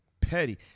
petty